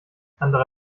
andere